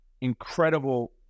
incredible